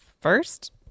First